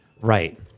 Right